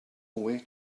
way